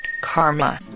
karma